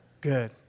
Good